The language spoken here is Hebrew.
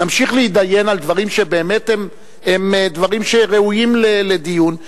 נמשיך להתדיין על דברים שבאמת ראויים לדיון,